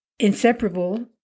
inseparable